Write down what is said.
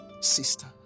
sister